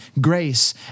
grace